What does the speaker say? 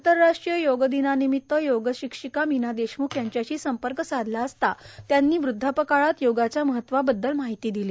आंतरराष्ट्रीय योगदिनानिमित्त योगशिक्षिका मीना देशमुख यांच्याशी संपर्क साधला असता त्यांनी वृद्धापकाळात योगाच्या महत्वावद्दल माहिती दिली